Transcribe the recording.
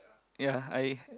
ya I